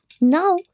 Now